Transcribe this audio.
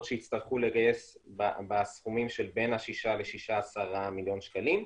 שיצטרכו לגייס בסכומים של בין השישה ל-16 מיליון שקלים.